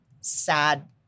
sad